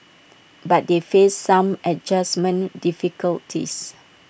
but they faced some adjustment difficulties